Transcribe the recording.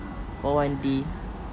for one day